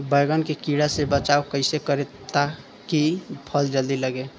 बैंगन के कीड़ा से बचाव कैसे करे ता की फल जल्दी लगे?